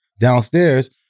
downstairs